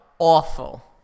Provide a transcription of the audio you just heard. Awful